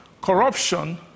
corruption